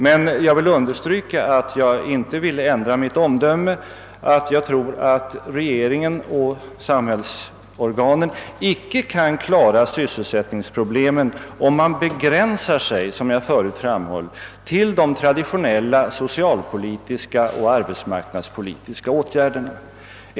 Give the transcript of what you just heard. Men jag måste understryka att jag inte vill ändra mitt omdöme att regeringen och samhällsorganen icke kan klara sysselsättningsproblemen om de begränsar sig till de traditionella socialpolitiska och arbetsmarknadspolitiska åtgärderna.